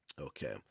Okay